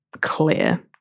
clear